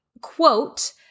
quote